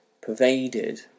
pervaded